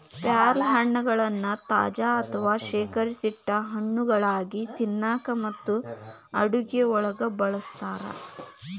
ಪ್ಯಾರಲಹಣ್ಣಗಳನ್ನ ತಾಜಾ ಅಥವಾ ಶೇಖರಿಸಿಟ್ಟ ಹಣ್ಣುಗಳಾಗಿ ತಿನ್ನಾಕ ಮತ್ತು ಅಡುಗೆಯೊಳಗ ಬಳಸ್ತಾರ